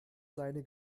seine